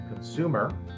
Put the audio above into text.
consumer